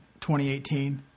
2018